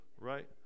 Right